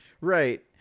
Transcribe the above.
Right